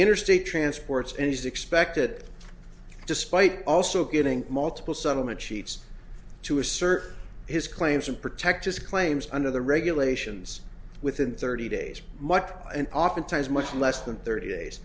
interstate transports engines expected despite also getting multiple settlement sheets to assert his claims and protect his claims under the regulations within thirty days much and often times much less than thirty days